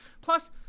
plus